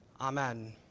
amen